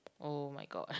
oh my god